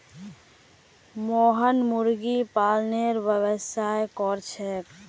मोहन मुर्गी पालनेर व्यवसाय कर छेक